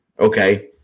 okay